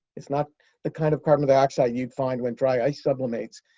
it's not the kind of carbon dioxide you'd find when dry ice sublimates.